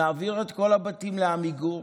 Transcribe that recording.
נעביר את כל הבתים לעמיגור